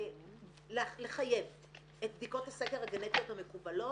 לחייב את בדיקות הסקר הגנטיות המקובלות.